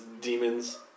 demons